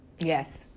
yes